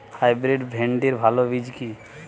Hybrid ভিন্ডির ভালো বীজ কি?